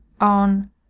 on